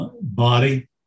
body